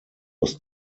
was